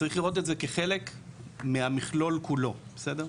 צריך לראות את זה כחלק מהמכלול כולו, בסדר?